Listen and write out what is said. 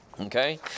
Okay